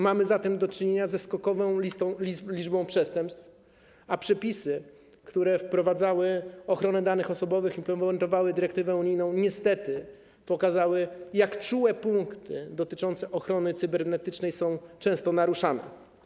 Mamy zatem do czynienia ze skokową liczbą przestępstw, a przepisy, które wprowadzały ochronę danych osobowych i były wynikiem implementacji dyrektywy unijnej, niestety zobrazowały, jak czułe punkty dotyczące ochrony cybernetycznej są często naruszane.